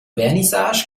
vernissage